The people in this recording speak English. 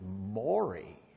Maury